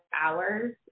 hours